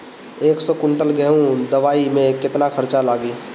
एक सौ कुंटल गेहूं लदवाई में केतना खर्चा लागी?